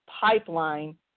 Pipeline